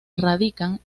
radican